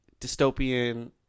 dystopian